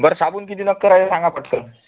बरं साबण किती लागत आहे हे सांगा पटकन